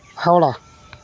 Howrah